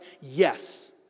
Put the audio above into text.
yes